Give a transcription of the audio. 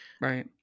right